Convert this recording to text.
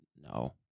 no